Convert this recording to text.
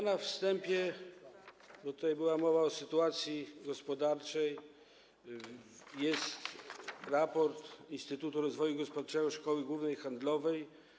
Na wstępie powiem, bo tutaj była mowa o sytuacji gospodarczej, że jest raport Instytutu Rozwoju Gospodarczego Szkoły Głównej Handlowej.